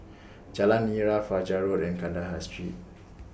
Jalan Nira Fajar Road and Kandahar Street